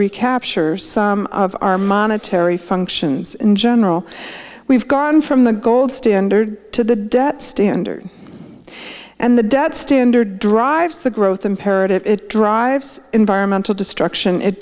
recapture some of our monetary functions in general we've gone from the gold standard to the debt standard and the debt standard drives the growth imperative it drives environmental destruction it